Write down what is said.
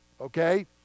okay